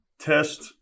test